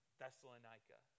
Thessalonica